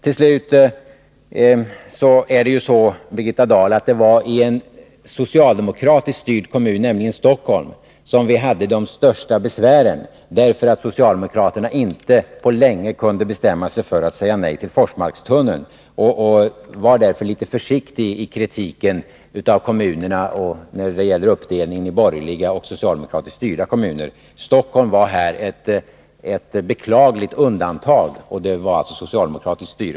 Slutligen vill jag påpeka, Birgitta Dahl, att det var i en socialdemokratiskt styrd kommun, nämligen Stockholms kommun, som vi hade de största besvären, därför att socialdemokraterna inte på länge kunde bestämma sig för att säga nej till Forsmarkstunneln. Var därför litet försiktig i kritiken av kommunerna när det gäller uppdelningen i borgerliga och socialdemokratiskt styrda kommuner! Stockholm var här ett beklagligt undantag, där det alltså var socialdemokratiskt styre.